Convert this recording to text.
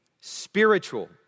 spiritual